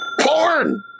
porn